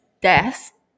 death